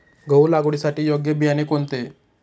गहू लागवडीसाठी योग्य बियाणे कोणते?